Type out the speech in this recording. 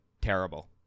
terrible